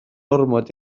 ormod